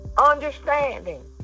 understanding